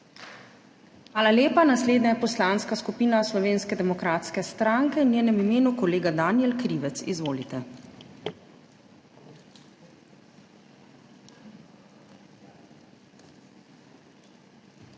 Hvala lepa. Naslednja je Poslanska skupina Slovenske demokratske stranke, v njenem imenu kolega Danijel Krivec. Izvolite. **DANIJEL